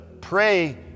pray